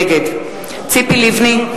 נגד ציפי לבני,